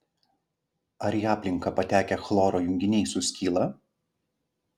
ar į aplinką patekę chloro junginiai suskyla